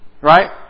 right